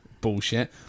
Bullshit